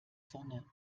sonne